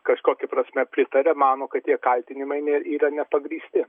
kažkokia prasme pritaria mano kad tie kaltinimai ne yra nepagrįsti